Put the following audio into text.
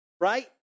Right